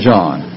John